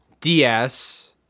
DS